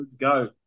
go